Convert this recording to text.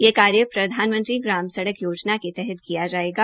यह कार्य प्रधानमंत्री ग्राम सड़क योजना के तहत किया जायेगा